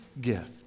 gift